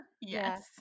Yes